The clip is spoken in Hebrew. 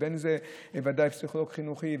בוודאי אם זה לפסיכולוג חינוכי,